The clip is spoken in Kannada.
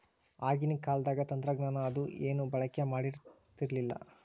ಆಗಿನ ಕಾಲದಾಗ ತಂತ್ರಜ್ಞಾನ ಅದು ಏನು ಬಳಕೆ ಮಾಡತಿರ್ಲಿಲ್ಲಾ